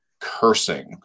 cursing